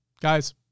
guys